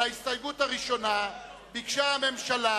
על ההסתייגות הראשונה ביקשה הממשלה,